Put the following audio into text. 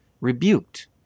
rebuked